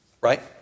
Right